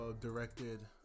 directed